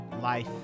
life